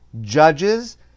judges